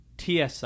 TSI